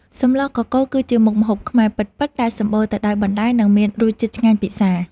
សម្លកកូរគឺជាមុខម្ហូបខ្មែរពិតៗដែលសម្បូរទៅដោយបន្លែ និងមានរសជាតិឆ្ងាញ់ពិសា។